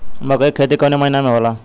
मकई क खेती कवने महीना में होला?